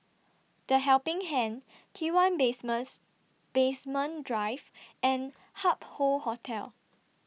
The Helping Hand T one Base Basement Drive and Hup Hoe Hotel